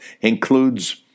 includes